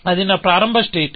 అది నా ప్రారంభ స్టేట్